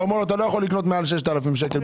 אתה אומר לו: אתה לא יכול לקנות מעל 6,000 ₪ מזומן.